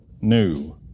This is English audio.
new